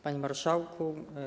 Panie Marszałku!